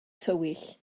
tywyll